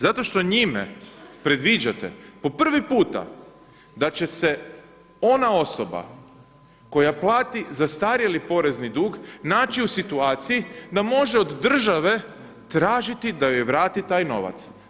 Zato što njime predviđate po prvi puta da će se ona osoba koja plati zastarjeli porezni dug naći u situaciji da može od države tražiti da joj vrati taj novac.